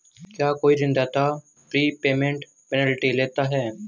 क्या कोई ऋणदाता प्रीपेमेंट पेनल्टी लेता है?